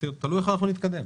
תלוי איך אנחנו נתקדם.